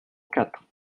quatre